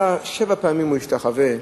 שבע פעמים הוא השתחווה,